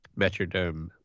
Metrodome